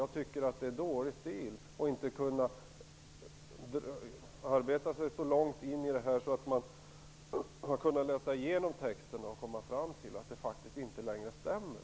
Jag tycker att det är dålig stil att inte sätta sig in i det här och läsa igenom texten, så att man kommer fram till att påståendet faktiskt inte längre stämmer.